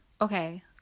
okay